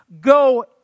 go